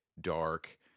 dark